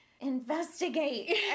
investigate